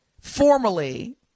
formally